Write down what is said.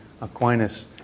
Aquinas